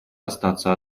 остаться